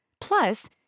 Plus